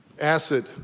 Acid